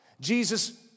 Jesus